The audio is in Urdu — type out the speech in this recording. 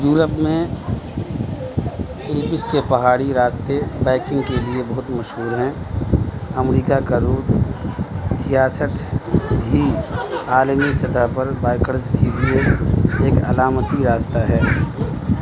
یورپ میں الپس کے پہاڑی راستے بائکنگ کے لیے بہت مشہور ہیں امریکہ کا روٹ دیاسٹھ بھی عالمی سطح پر بائکرز کے لیے ایک علامتی راستہ ہے